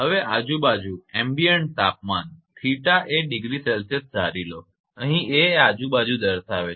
હવે આજુબાજુનું તાપમાન 𝜃𝑎°𝐶 ધારીલો અહી a એ આજુબાજુ દર્શાવે છે